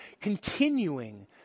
continuing